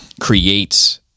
Creates